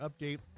update